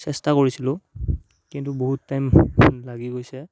চেষ্টা কৰিছিলোঁ কিন্তু বহুত টাইম লাগি গৈছে